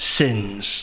sins